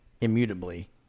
immutably